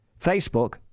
Facebook